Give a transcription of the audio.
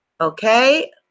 Okay